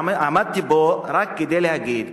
עמדתי פה רק כדי להגיד,